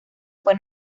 fue